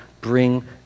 bring